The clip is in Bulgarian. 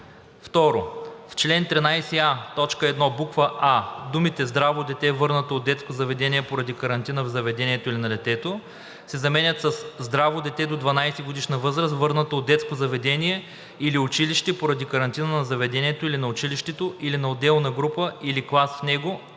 2. В чл. 13а, т. 1, буква „а“ думите „здраво дете, върнато от детско заведение поради карантина в заведението или на детето“ се заменят със „здраво дете до 12-годишна възраст, върнато от детско заведение или училище, поради карантина на заведението или на училището, или на отделна група или клас в него,